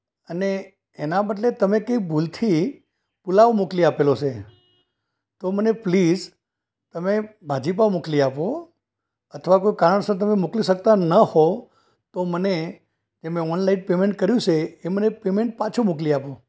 અને એના બદલે તમે કંઈ ભૂલથી પુલાવ મોકલી આપેલો છે તો મને પ્લીઝ તમે ભાજીપાઉં મોકલી આપો અથવા કોઈ કારણસર તમે મોકલી શકતા ન હોવ તો મને એ મેં ઑનલાઈન પેમૅન્ટ કર્યું છે એ મને પેમૅન્ટ પાછું મોકલી આપો